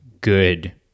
good